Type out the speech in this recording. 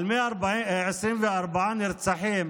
על 124 נרצחים,